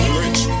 rich